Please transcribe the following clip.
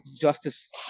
justice